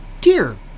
Dear